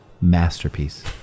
masterpiece